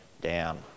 down